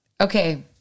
Okay